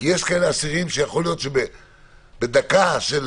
כי יש אסירים שיכול להיות שבדקה של